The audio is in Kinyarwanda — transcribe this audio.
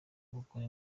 gukora